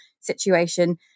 situation